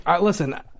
Listen